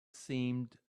seemed